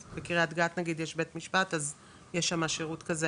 בקריית גת נגיד יש בית משפט ויש שם שירות כזה,